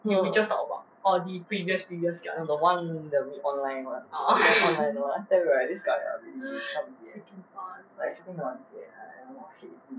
no no we'd just talk about no no the one meet online [one] I tell you ah this guy really ah like I don't know eh hate him